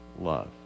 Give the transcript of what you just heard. love